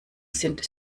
sind